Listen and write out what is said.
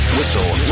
Whistle